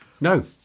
no